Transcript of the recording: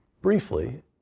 Briefly